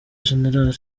gen